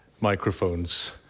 microphones